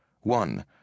One